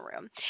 room